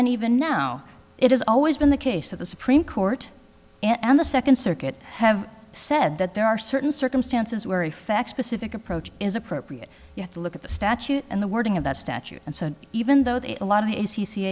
and even now it has always been the case of the supreme court and the second circuit have i said that there are certain circumstances where effects specific approach is appropriate you have to look at the statute and the wording of that statute and so even though they a lot of